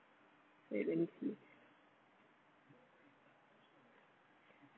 wait when you see